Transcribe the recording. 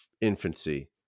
infancy